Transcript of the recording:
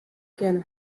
kinne